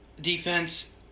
defense